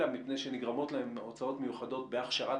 אלא מפני שנגרמות להם הוצאות מיוחדות בהכשרת